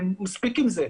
מספיק עם זה.